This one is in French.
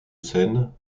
scène